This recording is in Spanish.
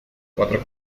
cuatro